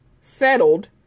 settled